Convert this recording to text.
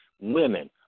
women